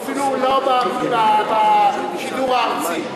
אפילו לא בשידור הערוצי.